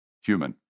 human